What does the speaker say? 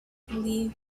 believe